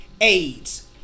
AIDS